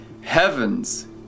Heaven's